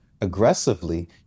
aggressively